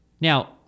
Now